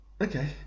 okay